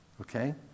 okay